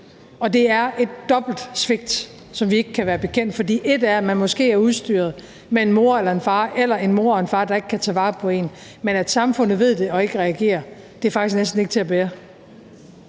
Og det er et dobbelt svigt, som vi ikke kan være bekendt, for ét er, at man måske er udstyret med en mor eller en far eller en mor og far, der ikke kan tage vare på en, men at samfundet ved det og ikke reagerer, er faktisk næsten ikke til at bære.